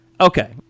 Okay